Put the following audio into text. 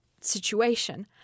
situation